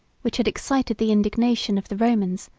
which had excited the indignation of the romans,